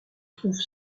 trouve